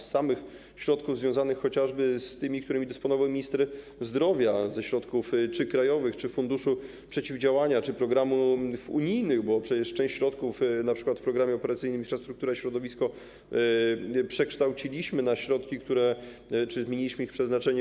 Z samych środków związanych chociażby z tymi, którymi dysponował minister zdrowia, środków krajowych, funduszu przeciwdziałania czy programów unijnych, bo przecież część środków, np. w Programie Operacyjnym „Infrastruktura i środowisko”, przekształciliśmy właśnie na środki COVID-owe - zmieniliśmy ich przeznaczenie.